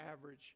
average